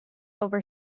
over